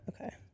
Okay